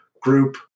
group